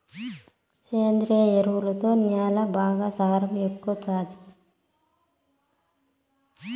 సేంద్రియ ఎరువుతో న్యాల బాగా సారం ఎక్కుతాది